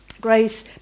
grace